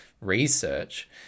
research